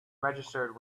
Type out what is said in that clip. registered